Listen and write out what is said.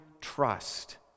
trust